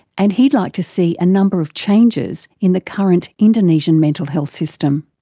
and he'd like to see a number of changes in the current indonesian mental health system.